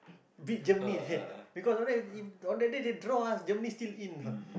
beat Germany seh because on that on that day they draw ah Germany still in know